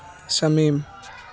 Shamim